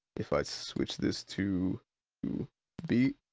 if i switch this to beat.